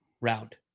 round